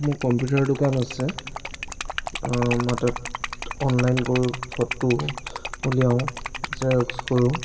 মোৰ কম্পিউটাৰৰ দোকান আছে মই তাত অনলাইন কৰোঁ ফটো উলিয়াওঁ জেৰক্স কৰোঁ